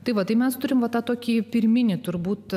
tai va tai mes turime va tokį pirminį turbūt